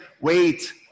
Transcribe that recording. wait